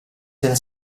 della